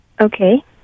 Okay